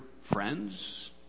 friends